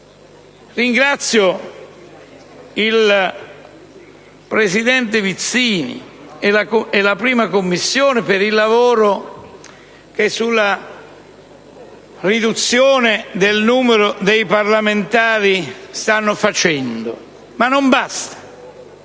ringrazio il presidente Vizzini e la 1a Commissione per il lavoro che sulla riduzione del numero dei parlamentari stanno facendo. Ma ciò non basta: